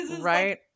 Right